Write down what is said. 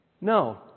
No